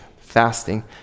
fasting